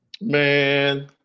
Man